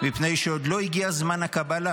מפני שעוד לא הגיע זמן הקבלה,